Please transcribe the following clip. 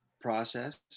process